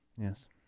Yes